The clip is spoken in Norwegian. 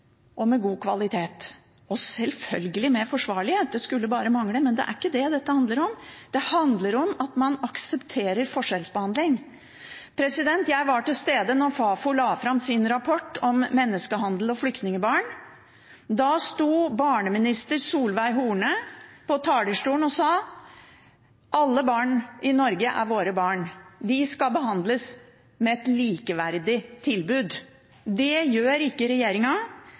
og med god kvalitet – og selvfølgelig med forsvarlighet, det skulle bare mangle, men det er ikke det dette handler om. Det handler om at man aksepterer forskjellsbehandling. Jeg var til stede da Fafo la fram sin rapport om menneskehandel og flyktningbarn. Da sto barneminister Solveig Horne på talerstolen og sa at alle barn i Norge er våre barn, og at de skal behandles med et likeverdig tilbud. Det gjør ikke